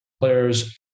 players